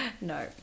No